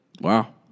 Wow